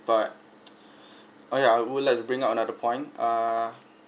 but oh yeah I would like to bring out another point ah